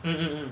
mm mm